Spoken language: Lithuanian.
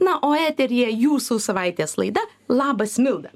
na o eteryje jūsų savaitės laida labas milda